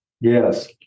Yes